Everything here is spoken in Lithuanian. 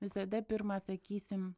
visada pirma sakysim